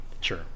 Sure